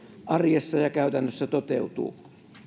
arjessa ja käytännössä toteutuu